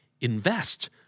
Invest